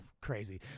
crazy